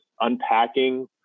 unpacking